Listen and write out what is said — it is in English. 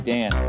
Dan